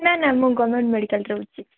ନାଁ ନାଁ ମୁଁ ଗଭର୍ଣ୍ଣମେଣ୍ଟ୍ ମେଡ଼ିକାଲ୍ରେ ରହୁଛି